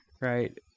Right